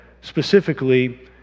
specifically